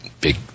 big